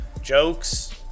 jokes